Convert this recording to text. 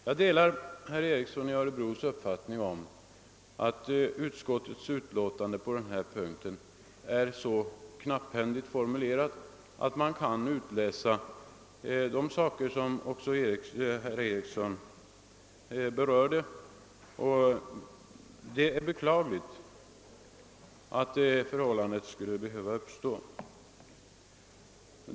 Jag delar herr Ericsons i Örebro uppfattning att utskottets utlåtande på denna punkt är så knapphändigt formulerat att man kan utläsa det som herr Ericson tog upp. Det är beklagligt att det förhållandet har uppstått.